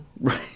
Right